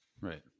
Right